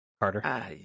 Carter